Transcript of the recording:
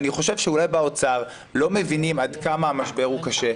אני חושב שאולי באוצר לא מבינים עד כמה המשבר הוא קשה.